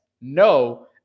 no